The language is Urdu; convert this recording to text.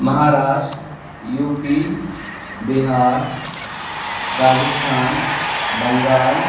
Maharashtra U P Bihar Rajasthan Bengal